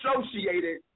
associated